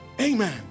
Amen